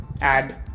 add